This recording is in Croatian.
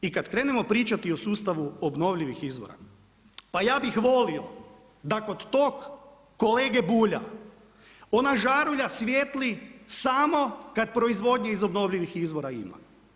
I kad krenemo pričati o sustavu obnovljivih izvora, pa ja bih volio da kod tog kolege Bulja ona žarulja svijetli samo kad proizvodnje iz obnovljivih izvora ima.